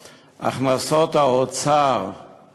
עסקים מסחריים בישראל.